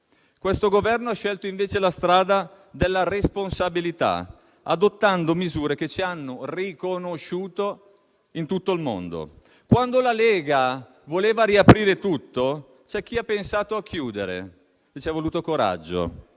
questo Governo ha scelto invece la strada della responsabilità, adottando misure che ci hanno riconosciuto in tutto il mondo. Quando la Lega voleva riaprire tutto, c'è chi ha pensato a chiudere - e ci è voluto coraggio